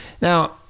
Now